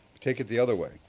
take it the other way.